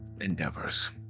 endeavors